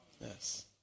Yes